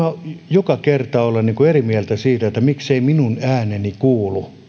joka kerta olla eri mieltä siitä että miksei minun ääneni kuulu